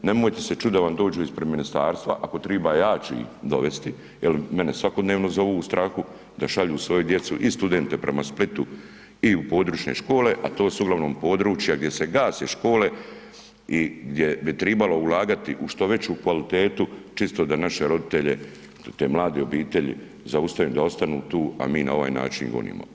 Nemojte se čuditi ako vam dođu ispred ministarstva, ako triba ja ću ih dovesti, jel mene svakodnevno zovu u strahu da šalju svoju djecu i studente prema Splitu i u područne škole, a to su uglavnom područja gdje se gase škole i gdje bi tribalo ulagati u što veću kvalitetu čisto da naše roditelje, te mlade obitelji zaustavimo da ostanu tu, a mi ovaj način ih gonimo.